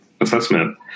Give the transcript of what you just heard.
assessment